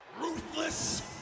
Ruthless